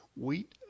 wheat